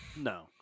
No